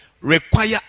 require